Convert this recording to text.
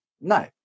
No